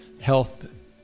Health